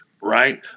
right